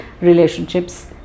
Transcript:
relationships